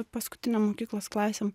paskutinėm mokyklos klasėm